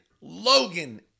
Logan